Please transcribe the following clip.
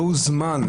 לא הוזמן,